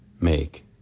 make